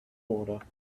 water